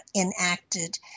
enacted